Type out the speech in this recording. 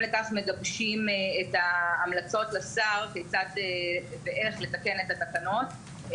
לכך מגבשים את ההמלצות לשר כיצד ואיך לתקן את התקנות.